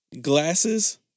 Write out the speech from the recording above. Glasses